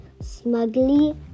smugly